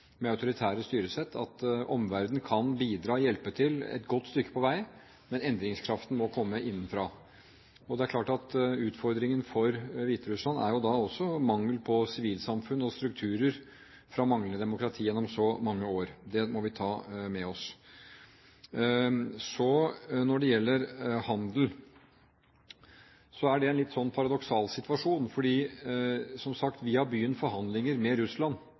med autoritære styresett – at omverdenen kan bidra og hjelpe til et godt stykke på vei, men endringskraften må komme innenfra. Det er klart at utfordringen for Hviterussland er jo også mangel på sivilsamfunn og strukturer fra manglende demokrati gjennom så mange år. Det må vi ta med oss. Når det gjelder handel, er det en litt paradoksal situasjon, fordi vi, som sagt, har begynt forhandlinger med Russland.